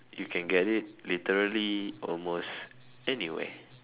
you can get it literally almost anywhere